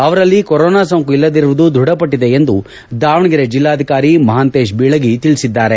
ಅವರಲ್ಲಿ ಕೊರೋನಾ ಸೋಂಕು ಇಲ್ಲದಿರುವುದು ದೃಢಪಟ್ಟಿದೆ ಎಂದು ದಾವಣಗೆರೆ ಜಿಲ್ಲಾಧಿಕಾರಿ ಮಹಾಂತೇಶ ಬೀಳಗಿ ತಿಳಿಸಿದ್ದಾರೆ